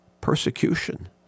Persecution